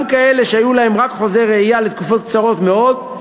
גם כאלה שהיו להן רק חוזי רעייה לתקופות קצרות מאוד,